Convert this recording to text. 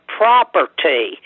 property